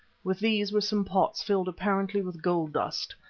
with these were some pots filled apparently with gold dust,